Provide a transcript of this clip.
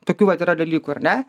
tokių vat yra dalykų ar ne